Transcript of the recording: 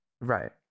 right